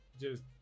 Just-